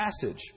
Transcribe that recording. passage